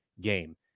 game